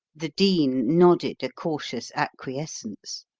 the dean nodded a cautious acquiescence.